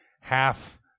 half